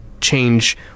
change